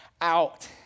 out